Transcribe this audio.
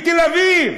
בתל-אביב.